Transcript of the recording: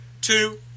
two